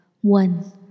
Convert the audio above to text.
One